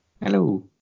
Hello